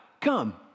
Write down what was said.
come